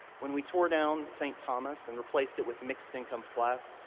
when we tore down st. thomas and replaced it with mixed-income flats,